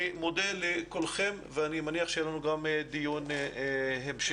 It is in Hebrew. אני מודה לכולכם ואני מניח שיהיה לנו גם דיון המשך.